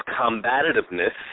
combativeness